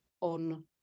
on